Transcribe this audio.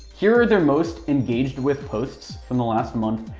here are their most engaged-with posts from the last month.